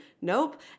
Nope